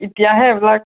ইতিহাসহে এইবিলাক